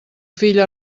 fill